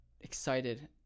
excited